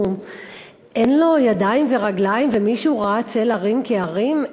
שאין לו ידיים ורגליים ומישהו ראה צל הרים כהרים?